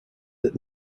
that